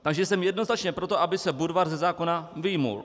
Takže jsem jednoznačně pro to, aby se Budvar ze zákona vyjmul.